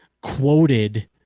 quoted